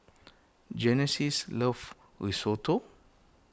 Genesis loves Risotto